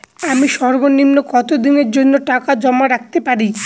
আমি সর্বনিম্ন কতদিনের জন্য টাকা জমা রাখতে পারি?